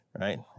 Right